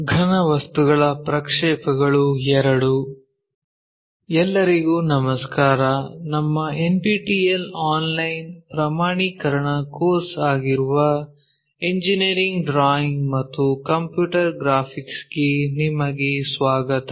ಘನವಸ್ತುಗಳ ಪ್ರಕ್ಷೇಪಗಳು II ಎಲ್ಲರಿಗೂ ನಮಸ್ಕಾರ ನಮ್ಮ ಎನ್ಪಿಟಿಇಎಲ್ ಆನ್ಲೈನ್ ಪ್ರಮಾಣೀಕರಣ ಕೋರ್ಸ್ ಆಗಿರುವ ಇಂಜಿನಿಯರಿಂಗ್ ಡ್ರಾಯಿಂಗ್ ಮತ್ತು ಕಂಪ್ಯೂಟರ್ ಗ್ರಾಫಿಕ್ಸ್ ಗೆ ನಿಮಗೆ ಸ್ವಾಗತ